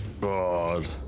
God